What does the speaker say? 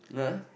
nah